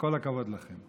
וכל הכבוד לכם.